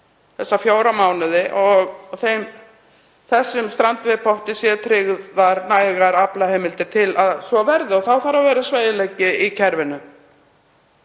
þessa fjóra mánuði og að strandveiðipottinum séu tryggðar nægar aflaheimildir til að svo verði. Þá þarf að vera sveigjanleiki í kerfinu.